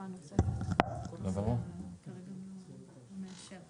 שקל ברבעון לכל המשתמשים